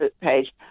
page